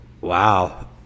Wow